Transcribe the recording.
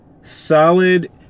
solid